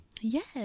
Yes